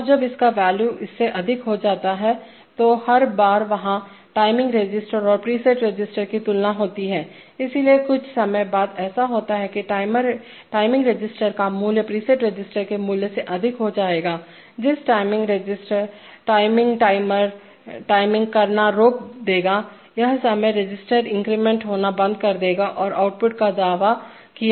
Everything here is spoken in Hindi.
और जब इसका वॉल्यू इससे अधिक हो जाता है तो हर बार a वहाँ टाइमिंग रजिस्टर और प्रीसेट रजिस्टर की तुलना होती है इसलिए कुछ समय बाद ऐसा होता है कि टाइमिंग रजिस्टर का मूल्य प्रीसेट रजिस्टर के मूल्य से अधिक हो जाएगा जिस टाइमिंग टाइमर टाइमिंग करना रोक देगा यही समय रजिस्टर इंक्रीमेंट होना बंद कर देगा और आउटपुट का दावा किया जाएगा